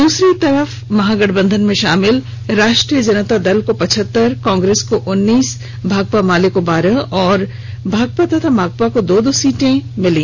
दूसरी तरफ महागठबंधन में शामिल राष्ट्रीय जनता दल को पचहतर कांग्रेस को उन्नीस भाकपा माले को बारह और भाकपा तथा माकपा को दो दो सीटें मिली